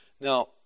Now